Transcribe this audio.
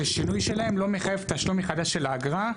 ששינוי שלהן לא מחייב תשלום מחדש של האגרה.